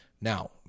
Now